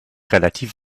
relativ